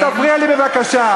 אל תפריע לי בבקשה.